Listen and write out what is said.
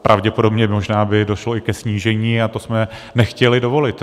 Pravděpodobně by možná došlo i ke snížení a to jsme nechtěli dovolit.